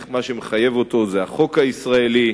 מה שמחייב אותו זה החוק הישראלי,